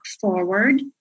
forward